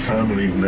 family